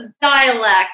dialect